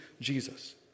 Jesus